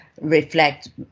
reflect